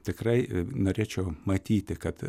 tikrai norėčiau matyti kad